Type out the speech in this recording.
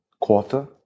quarter